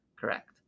Correct